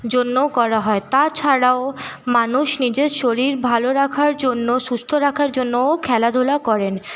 জন্য করা হয় তাছাড়াও মানুষ নিজের শরীর ভালো রাখার জন্য সুস্থ রাখার জন্যও খেলাধুলা করেন